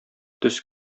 төс